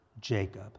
jacob